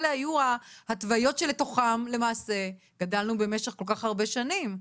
אלה היו ההתוויות שלתוכן למעשה אנחנו גדלנו במשך כל כך הרבה שנים.